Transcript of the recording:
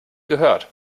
gehört